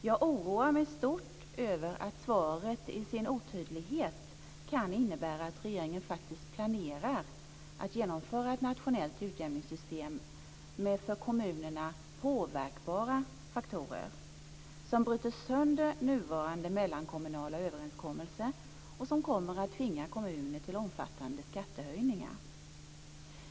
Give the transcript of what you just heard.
Jag oroar mig mycket över att svaret i sin otydlighet kan innebära att regeringen faktiskt planerar att genomföra ett nationellt utjämningssystem med för kommunerna påverkbara faktorer som bryter sönder nuvarande mellankommunala överenskommelser och som kommer att tvinga kommuner till omfattande skattehöjningar.